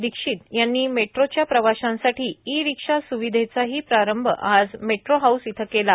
वीक्षित यांनी मेट्रोच्या प्रवाश्यांसाठी ई रिक्षा स्विधेचाही प्रारंभ आज मेट्रो हाऊस येथे केला